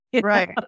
Right